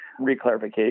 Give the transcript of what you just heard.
reclarification